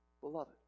beloved